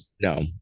no